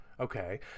Okay